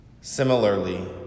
Similarly